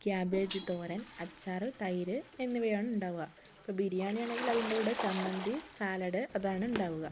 cabbage തോരൻ അച്ചാറ് തൈര് എന്നിവയാണ് ഉണ്ടാകുക ഇപ്പോൾ ബിരിയാണി ആണെങ്കിൽ അതിൻ്റെ കൂടെ ചമ്മന്തി സാലഡ് അതാണ് ഉണ്ടാകുക